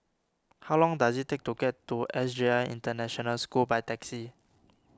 how long does it take to get to S J I International School by taxi